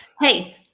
Hey